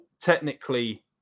technically